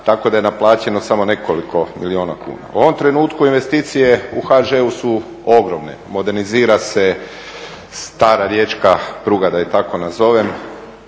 tako da je naplaćeno samo nekoliko milijuna kuna. U ovom trenutku investicije u HŽ-u su ogromne, modernizira se stara riječka pruga da je tako nazovem,